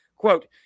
Quote